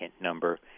number